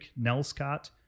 Nelscott